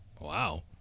Wow